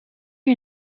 you